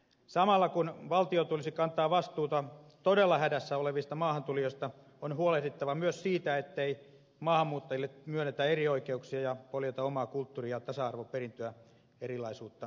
samalla kun valtion tulisi kantaa vastuuta todella hädässä olevista maahantulijoista on huolehdittava myös siitä ettei maahanmuuttajille myönnetä erioikeuksia ja poljeta omaa kulttuuria ja tasa arvoperintöä erilaisuutta kohdattaessa